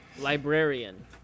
Librarian